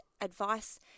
advice